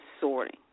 sorting